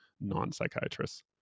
non-psychiatrists